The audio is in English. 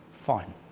fine